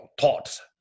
thoughts